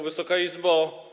Wysoka Izbo!